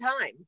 time